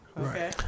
okay